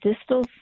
distal